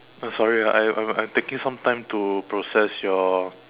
oh sorry ah I I'm taking some time to process your